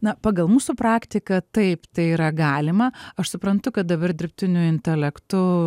na pagal mūsų praktiką taip tai yra galima aš suprantu kad dabar dirbtiniu intelektu